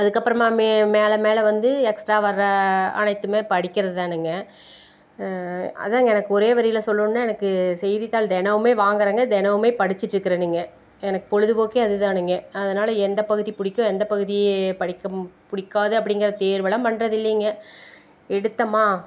அதுக்கு அப்புறமாக மே மேல மேல வந்து எக்ஸ்ட்ரா வர்ற அனைத்துமே படிக்கிறதுதானுங்க அதாங்க எனக்கு ஒரே வரியில் சொல்லணும்னா எனக்கு செய்த்தித்தாள் தினமுமே வாங்குகிறங்க தினமுமே படிச்சிட்டுருக்கணுங்க எனக்கு பொழுதுபோக்கே அதுதாணுங்க அதனால எந்த பகுதி பிடிக்கும் எந்த பகுதி படிக்க பிடிக்காது அப்படிங்குற தேர்வெல்லாம் பண்ணுறதில்லீங்க எடுத்தமா